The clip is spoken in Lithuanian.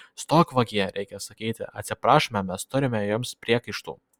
stok vagie reikia sakyti atsiprašome mes turime jums priekaištų